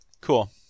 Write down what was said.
cool